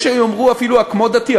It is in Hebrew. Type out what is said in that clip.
יש יאמרו אפילו הכמו-דתי,